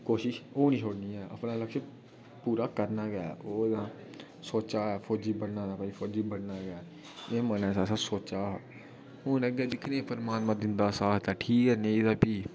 कोशिश ओह् निं छुड़नी ऐं अपना लक्ष्य पूरा करना गै ओह् तां सोचा ऐ फौजी बनना तां फौजी बनना गै एह् मनै च असें सोचा हा हू'न अग्गें दिक्खने आं परमात्मा दिंदा साथ तां ठीक ऐ नेईं तां भी